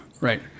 right